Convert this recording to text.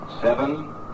seven